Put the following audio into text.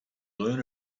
learn